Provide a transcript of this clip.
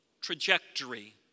trajectory